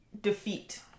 defeat